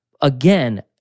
again